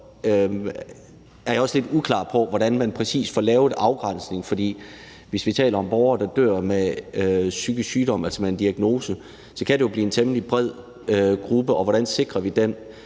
er jeg også lidt uklar på, hvordan man præcis får lavet afgrænsningen, for hvis vi taler om borgere, der dør med psykisk sygdom, altså med en diagnose, kan det jo blive en temmelig bred gruppe, og hvordan sikrer vi den